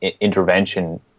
intervention